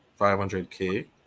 500K